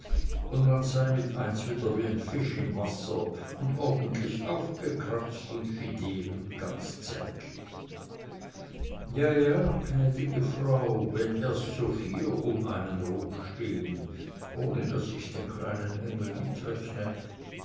und man sei mit eins wieder wie n fisch im wasser und ordentlich aufgekratzt und fidel und ganz zärtlich ja ja gnäd'ge frau wenn erst so vier um einen rumstehn ohne daß ich den kleinen engel mitrechne